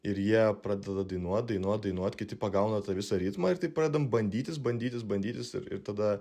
ir jie pradeda dainuot dainuot dainuot kiti pagauna tą visą ritmą ir taip pradedam bandytis bandytis bandytis ir tada